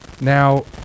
Now